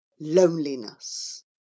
Loneliness